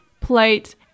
plate